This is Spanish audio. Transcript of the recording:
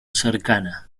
cercana